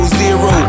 zero